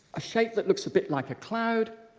a shape that looks a bit like a cloud.